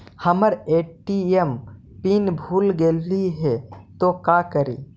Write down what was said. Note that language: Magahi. हमर ए.टी.एम पिन भूला गेली हे, तो का करि?